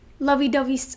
lovey-dovey